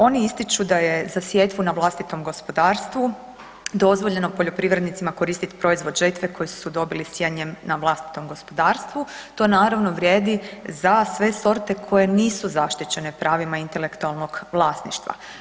Ovi ističu da je za sjetvu na vlastitom gospodarstvu dozvoljeno poljoprivrednicima koristiti proizvod žetve koji su dobili sijanjem na vlastitom gospodarstvu, to naravno vrijedi za sve sorte koje nisu zaštićene pravima intelektualnog vlasništva.